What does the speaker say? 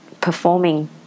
performing